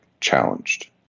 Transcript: challenged